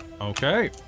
Okay